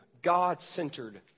God-centered